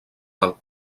del